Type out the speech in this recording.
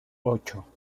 ocho